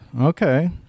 okay